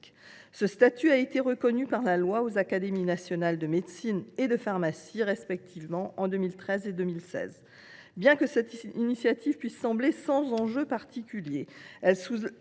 Ce statut a été reconnu par la loi aux académies nationales de médecine et de pharmacie, respectivement, en 2013 et 2016. Bien que cette initiative semble dépourvue d’enjeux particuliers, elle soulève